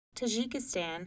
Tajikistan